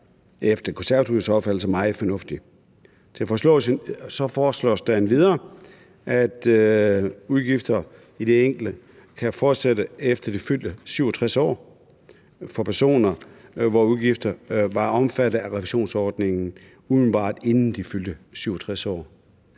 efter Konservatives opfattelse meget fornuftigt. Så foreslås der endvidere, at refusionen i en enkeltsag kan fortsætte efter det fyldte 67. år for personer, hvor udgifterne var omfattet af refusionsordningen, umiddelbart inden de fyldte 67 år.